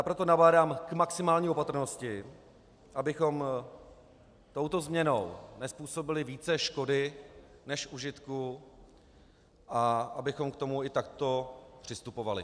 Proto nabádám k maximální opatrnosti, abychom touto změnou nezpůsobili více škody než užitku a abychom k tomu i takto přistupovali.